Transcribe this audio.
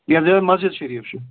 یَتھ جایہِ حظ مَسجِد شریٖف چھُ